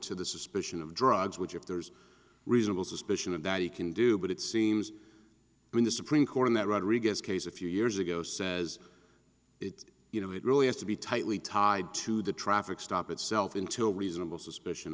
to the suspicion of drugs which if there's reasonable suspicion of there you can do but it seems when the supreme court in that rodriguez case a few years ago says it you know it really has to be tightly tied to the traffic stop itself into a reasonable suspicion